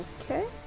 Okay